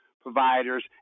providers